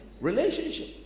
relationship